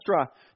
extra